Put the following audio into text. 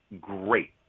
great